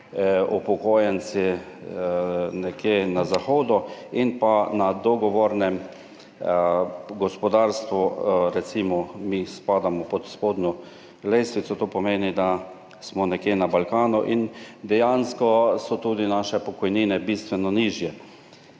upokojenci nekje na zahodu, in pa na dogovornem gospodarstvu, recimo, mi spadamo pod spodnjo lestvico, to pomeni, da smo nekje na Balkanu, in dejansko so tudi naše pokojnine bistveno nižje.